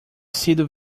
sido